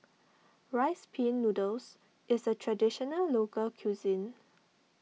Rice Pin Noodles is a Traditional Local Cuisine